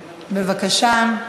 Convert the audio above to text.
בבקשה.